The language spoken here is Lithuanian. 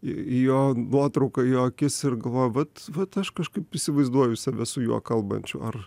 į jo nuotrauką į jo akis ir galvoja vat vat aš kažkaip įsivaizduoju save su juo kalbančiu ar